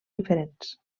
diferents